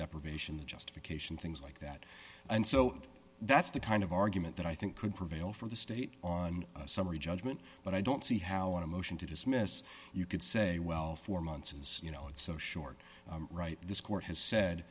deprivation the justification things like that and so that's the kind of argument that i think could prevail for the state on a summary judgment but i don't see how in a motion to dismiss you could say well four months is you know it's so short right this court has said